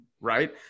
Right